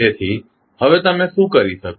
તેથી હવે તમે શું કરી શકો